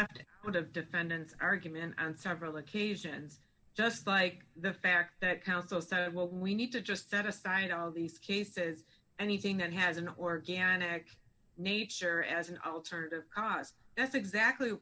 after would have defendants argument on several occasions just like the fact that counsel so what we need to just set aside all these cases anything that has an organic nature as an alternative cause that's exactly